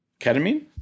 Ketamine